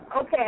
Okay